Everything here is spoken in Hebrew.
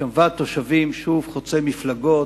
שהוא ועד תושבים חוצה מפלגות,